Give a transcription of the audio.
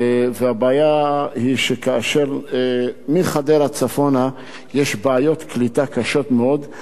והבעיה היא שמחדרה צפונה יש בעיות קליטה קשות מאוד.